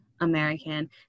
American